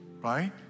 Right